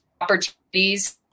opportunities